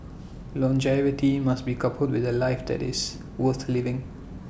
longevity must be coupled with A life that is worth living